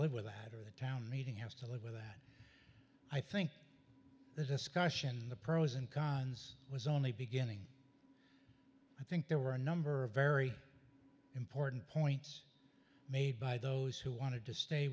live with that or the town meeting has to live with that i think there's a skosh in the pros and cons was only beginning i think there were a number of very important points made by those who wanted to stay